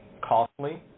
costly